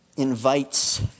Invites